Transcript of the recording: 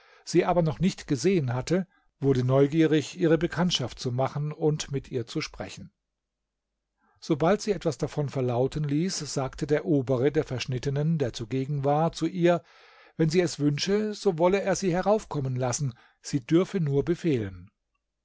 sie aber noch nicht gesehen hatte wurde neugierig ihre bekanntschaft zu machen und mit ihr zu sprechen sobald sie etwas davon verlauten ließ sagte der obere der verschnittenen der zugegen war zu ihr wenn sie es wünsche so wolle er sie heraufkommen lassen sie dürfe nur befehlen